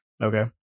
Okay